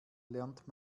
lernt